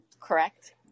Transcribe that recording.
correct